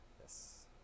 yes